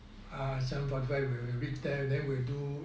ah seven forty five when we reach there then will do